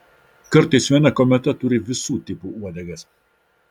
kartais viena kometa turi visų tipų uodegas